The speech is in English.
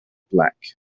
black